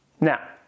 Now